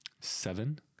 Seven